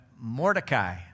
Mordecai